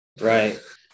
right